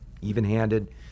even-handed